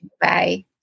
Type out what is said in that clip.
Bye